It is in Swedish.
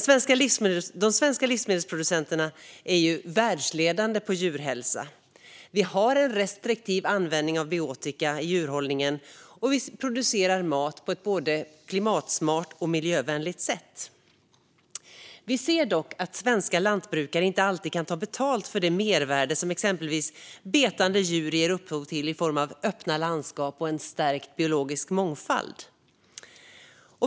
Svenska livsmedelsproducenter är världsledande på djurhälsa, har en restriktiv användning av antibiotika i djurhållningen och producerar mat på ett både klimatsmart och miljövänligt sätt. Vi ser dock att svenska lantbrukare inte alltid kan ta betalt för det mervärde som exempelvis betande djur ger upphov till i form av öppna landskap och stärkt biologisk mångfald.